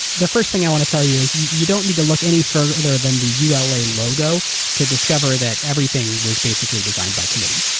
the first thing i want to tell you is you you don't need to look any further than the ula logo to discover that everything was basically designed by committee,